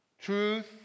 Truth